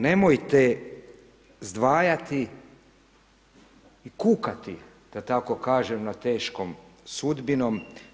Nemojte zdvajati i kukati da tako kažem nad teškom sudbinom.